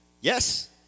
Yes